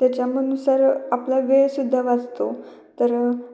त्याच्या म नुसार आपला वेळसुद्धा वाचतो तर